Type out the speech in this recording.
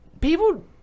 People